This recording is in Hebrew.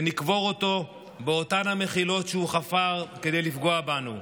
ונקבור אותו באותן המחילות שהוא חפר כדי לפגוע בנו.